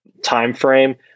timeframe